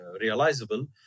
realizable